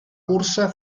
cursa